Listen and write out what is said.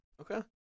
Okay